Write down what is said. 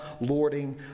lording